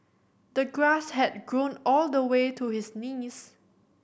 the grass had grown all the way to his knees